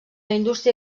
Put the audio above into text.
indústria